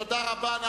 תודה רבה.